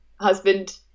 husband